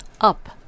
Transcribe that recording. up